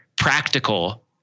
practical